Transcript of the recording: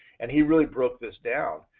and he really broke this down.